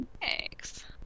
thanks